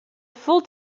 full